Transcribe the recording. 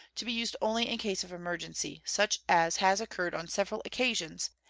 to be used only in case of emergency, such as has occurred on several occasions,